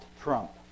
trump